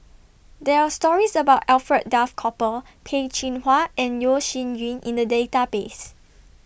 There Are stories about Alfred Duff Cooper Peh Chin Hua and Yeo Shih Yun in The Database